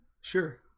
Sure